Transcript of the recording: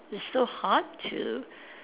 it still hard to